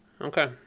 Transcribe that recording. Okay